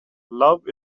love